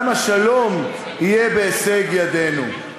גם השלום יהיה בהישג ידנו".